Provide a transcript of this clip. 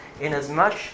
inasmuch